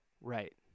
Right